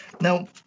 Now